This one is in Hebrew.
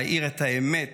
להאיר את האמת